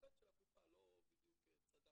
אורתופד של הקופה אולי לא בדיוק צדק.